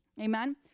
Amen